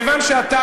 כיוון,